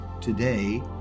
today